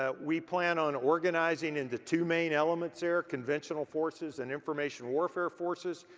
ah we plan on organizing into two main elements here, conventional forces and information warfare forces.